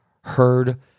heard